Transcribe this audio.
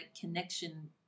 connection